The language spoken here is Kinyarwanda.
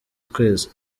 ukwezi